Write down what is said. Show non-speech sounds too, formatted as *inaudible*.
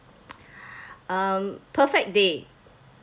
*breath* um perfect day